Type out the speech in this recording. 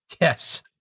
Yes